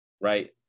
right